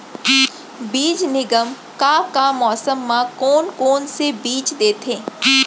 बीज निगम का का मौसम मा, कौन कौन से बीज देथे?